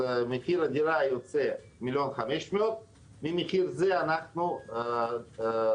אז מחיר הדירה יוצא 1,500,000. מהמחיר הזה אנחנו דורשים